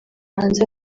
hanze